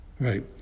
Right